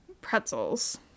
pretzels